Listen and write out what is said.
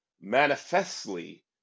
manifestly